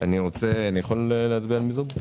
אני יכול להצביע על מיזוג?